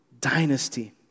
dynasty